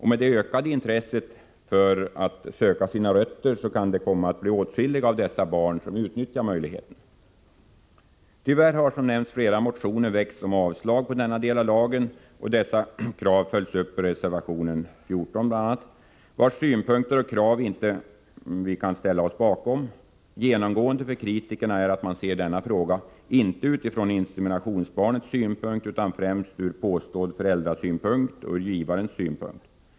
Med det ökade intresset för att söka sina rötter kan det komma att bli åtskilliga av dessa barn som utnyttjar möjligheten. Tyvärr har som jag nämnt flera motioner väckts om avslag på denna del av lagen, och dessa krav följs upp bl.a. i reservation 14, vars synpunkter och krav vi inte kan ställa oss bakom. Genomgående för kritikerna är att de ser denna fråga inte utifrån inseminationsbarnets synpunkt utan främst ur påstådd föräldrasynpunkt och ur givarens synpunkt.